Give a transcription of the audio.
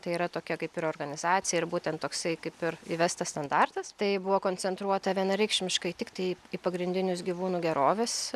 tai yra tokia kaip ir organizacija ir būtent toksai kaip ir įvestas standartas tai buvo koncentruota vienareikšmiškai tiktai į pagrindinius gyvūnų gerovės